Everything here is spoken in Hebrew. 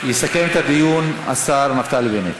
יסכם את הדיון השר נפתלי בנט.